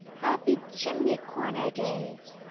happy chimney-corner days,